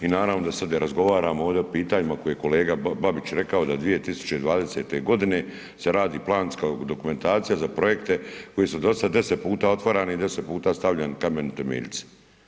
I naravno da sad ne razgovaramo ovdje o pitanjima koje je kolega Babić rekao da 2020. g. se radi planska dokumentacija za projekte koji su dosad 10 puta otvarani i 10 puta stavljani kameni temeljci.